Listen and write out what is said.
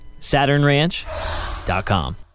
SaturnRanch.com